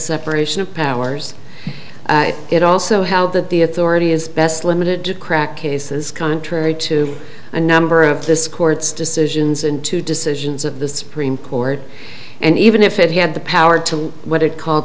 separation of powers it also how that the authority is best limited to crack cases contrary to a number of this court's decisions and to decisions of the supreme court and even if it had the power to what it called